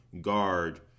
guard